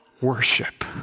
worship